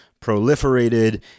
proliferated